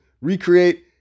recreate